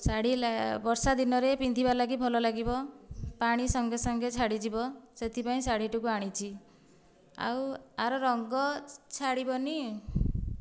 ଶାଢ଼ୀ ବର୍ଷା ଦିନରେ ପିନ୍ଧିବା ଲାଗି ଭଲ ଲାଗିବ ପାଣି ସଙ୍ଗେ ସଙ୍ଗେ ଛାଡ଼ି ଯିବ ସେଥିପାଇଁ ଶାଢ଼ୀଟିକୁ ଆଣିଛି ଆଉ ଆର ରଙ୍ଗ ଛାଡ଼ିବନି